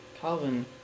Calvin